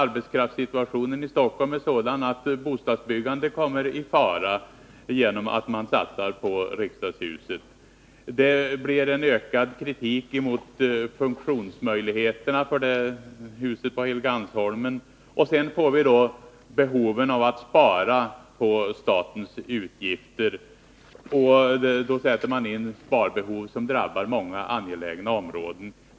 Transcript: arbetskraftssituationen i Stockholm är sådan att bostadsbyggandet kommer i fara på grund av att man satsar på riksdagshuset. Kritiken mot husets funktionsmöjligheter på Helgeandsholmen ökar. Därtill kommer behovet av att spara på statsutgifterna. Nu sätter man in besparingarna på områden som drabbar många angelägna områden.